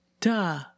duh